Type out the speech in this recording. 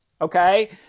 Okay